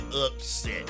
upset